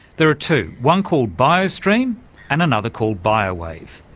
there are two one called biostream and another called biowave.